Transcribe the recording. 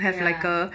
ya